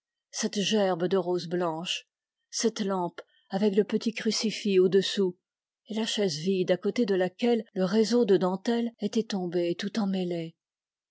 cette gerbe de roses blanches cette lampe avec le petit crucifix au-dessous et la chaise vide à côté de laquelle le réseau de dentelle était tombé tout emmêlé